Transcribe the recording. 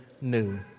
new